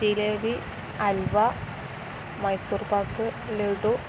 jalebi halwa Mysore pak laddu